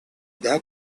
that